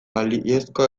balizko